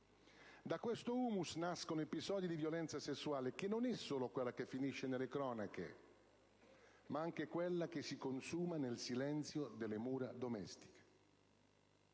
Da questo *humus* nascono episodi di violenza sessuale, che non è solo quella che finisce nelle cronache, ma è anche quella che si consuma nel silenzio delle mura domestiche.